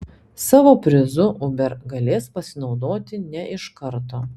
savo prizu uber galės pasinaudoti ne iš karto